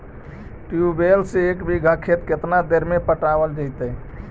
Tubewell से एक बिघा खेत केतना देर में पटैबए जितै?